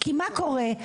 כי מה קורה?